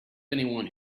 anyone